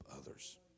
others